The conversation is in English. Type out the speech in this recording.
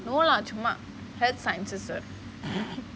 no lah சும்மா:chumma that's my interest